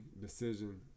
decision